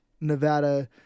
Nevada